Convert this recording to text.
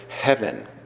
heaven